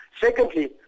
Secondly